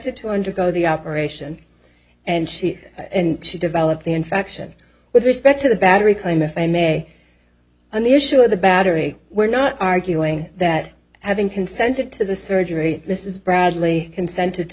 d to undergo the operation and she and she developed the infection with respect to the battery claim if i may on the issue of the battery were not arguing that having consented to the surgery this is bradley consented to